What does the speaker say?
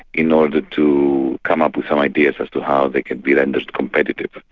in order to come up with some ideas as to how they could be rendered competitive.